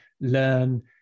learn